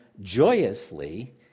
joyously